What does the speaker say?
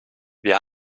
wir